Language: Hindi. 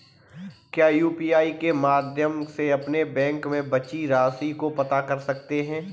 क्या यू.पी.आई के माध्यम से अपने बैंक में बची राशि को पता कर सकते हैं?